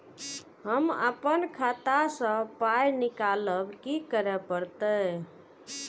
हम आपन खाता स पाय निकालब की करे परतै?